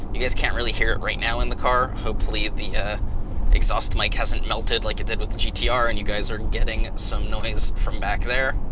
you guys can't really hear it right now in the car, hopefully the exhaust mic hasn't melted like it did with the gtr and you guys are getting some noise from back there.